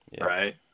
Right